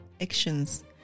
actions